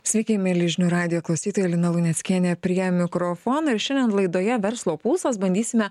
sveiki mieli žinių radijo klausytojai lina luneckienė prie mikrofono ir šiandien laidoje verslo pulsas bandysime